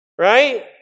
right